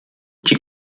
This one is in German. die